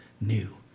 new